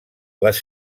les